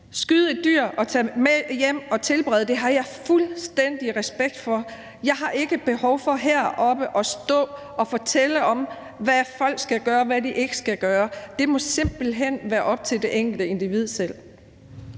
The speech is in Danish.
skyde et dyr og tage dem med hjem og tilberede dem. Det har jeg fuldstændig respekt for. Jeg har ikke et behov for heroppe at stå og fortælle om, hvad folk skal gøre, og hvad de ikke skal gøre. Det må simpelt hen være op til det enkelte individ selv.